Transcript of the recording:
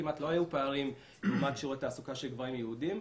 כמעט ולא היו פערים לעומת שיעור התעסוקה של גברים יהודים.